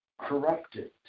corrupted